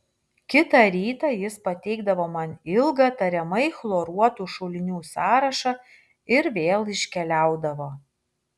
kitą rytą jis pateikdavo man ilgą tariamai chloruotų šulinių sąrašą ir vėl iškeliaudavo